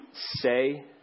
say